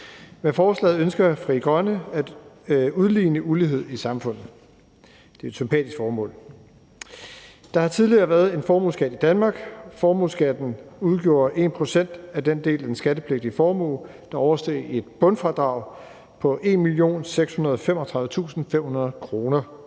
Med forslaget ønsker Frie Grønne at udligne ulighed i samfundet, og det er et sympatisk formål. Der har tidligere været en formueskat i Danmark. Formueskatten udgjorde 1 pct. af den del af den skattepligtige formue, der oversteg et bundfradrag på 1.635.500 kr.